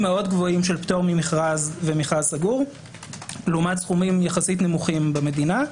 מאוד גבוהים לעומת סכומים יחסית נמוכים במדינה.